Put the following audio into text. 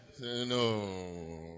No